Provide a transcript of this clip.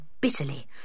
Bitterly